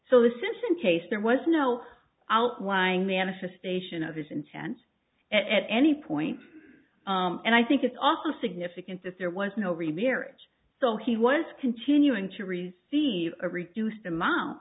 so the simpson case there was no out wine manifestation of his intent at any point and i think it's also significant that there was no remarriage so he was continuing to receive a reduced amo